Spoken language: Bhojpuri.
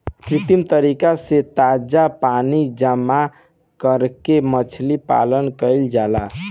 कृत्रिम तरीका से ताजा पानी जामा करके मछली पालन कईल जाला